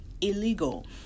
illegal